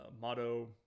motto